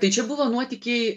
tai čia buvo nuotykiai